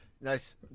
Nice